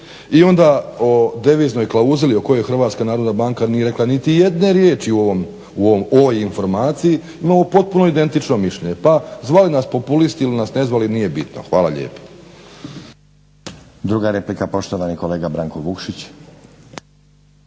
i onda o deviznoj klauzuli o kojoj Hrvatska narodna banka nije rekla niti jedne riječi u ovoj informaciji. Imamo potpuno identično mišljenje pa zvali nas populisti ili nas ne zvali nije bitno. Hvala lijepo. **Stazić, Nenad (SDP)** Druga replika poštovani kolega Branko Vukšić.